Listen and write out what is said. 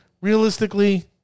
Realistically